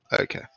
Okay